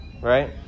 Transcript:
right